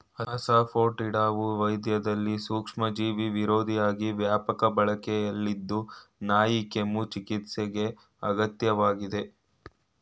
ಅಸಾಫೋಟಿಡಾವು ವೈದ್ಯದಲ್ಲಿ ಸೂಕ್ಷ್ಮಜೀವಿವಿರೋಧಿಯಾಗಿ ವ್ಯಾಪಕ ಬಳಕೆಯಲ್ಲಿದ್ದು ನಾಯಿಕೆಮ್ಮು ಚಿಕಿತ್ಸೆಗೆ ಅಗತ್ಯ ವಾಗಯ್ತೆ